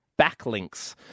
backlinks